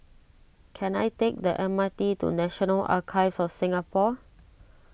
can I take the M R T to National Archives of Singapore